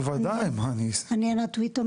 אני ענת טואיטו,